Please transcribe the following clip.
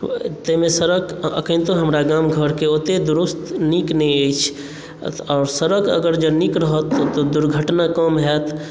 ताहि मे सड़क अखनतो हमरा गाम घरके ओते दुरुस्त नीक नहि अछि आओर सड़क अगर जे नीक रहत तऽ दुर्घटना कम होयत